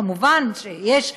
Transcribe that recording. מובן שיש,